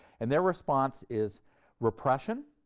and their response is repression,